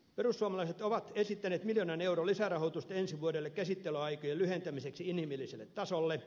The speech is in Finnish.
perussuomalaiset ovat esittäneet miljoonan euron lisärahoitusta ensi vuodelle käsittelyaikojen lyhentämiseksi inhimilliselle tasolle